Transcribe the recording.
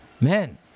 Man